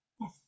yes